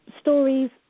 stories